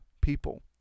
people